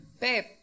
Babe